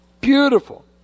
Beautiful